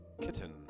Kitten